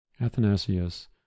athanasius